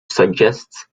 suggests